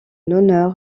honneur